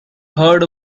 heard